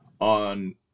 on